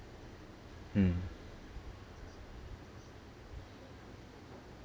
hmm